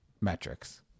metrics